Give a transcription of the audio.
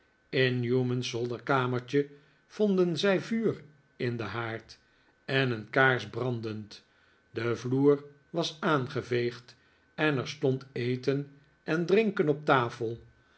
in newman's zolderkamertje vonden zij vuur in den haard en een kaars brandend de vloer was aangeveegd en er stond eten en drinken op tafel